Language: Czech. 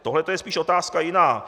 Tohle to je spíš otázka jiná.